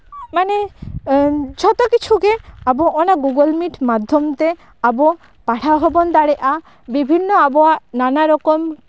ᱢᱟᱱᱮ ᱡᱷᱚᱛᱚ ᱠᱤᱪᱷᱩᱜᱮ ᱟᱵᱚ ᱚᱱᱟ ᱜᱩᱜᱩᱞ ᱢᱤᱴ ᱢᱟᱫᱽᱫᱷᱚᱢ ᱛᱮ ᱟᱵᱚ ᱯᱟᱲᱦᱟᱣ ᱦᱚᱸᱵᱚᱱ ᱫᱟᱲᱮᱭᱟᱜᱼᱟ ᱵᱤᱵᱷᱤᱱᱱᱚ ᱟᱵᱚᱣᱟᱜ ᱱᱟᱱᱟ ᱨᱚᱠᱚᱢ